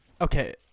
Okay